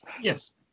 Yes